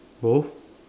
both